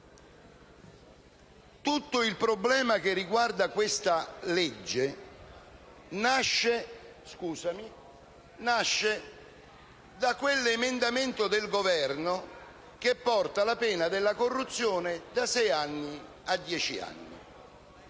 Tutto il problema che riguarda questa legge nasce da quell'emendamento del Governo che porta la pena della corruzione da sei a dieci anni.